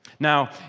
Now